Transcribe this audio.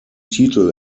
titel